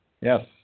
Yes